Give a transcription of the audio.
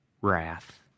wrath